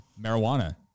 marijuana